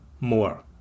more